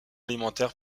alimentaire